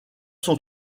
son